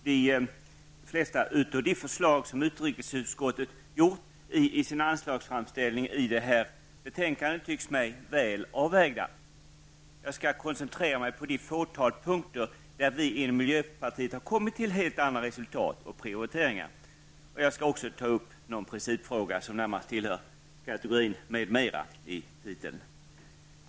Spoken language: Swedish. Herr talman! De flesta av de förslag som utrikesutskottet har i sin anslagsframställning i det här betänkandet tycks mig väl avvägda. Jag skall koncentrera mig på det fåtal punkter där vi inom miljöpartiet har kommit till helt andra resultat och prioriteringar. Jag skall också ta upp några principfrågor som närmast tillhör kategorin ''m.m.''